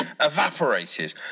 evaporated